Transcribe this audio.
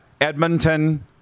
Edmonton